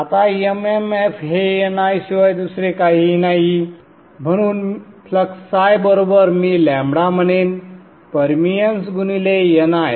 आता MMF हे NI शिवाय दुसरे काहीही नाही म्हणून फ्लक्स बरोबर मी म्हणेन परमिअन्स गुणिले NI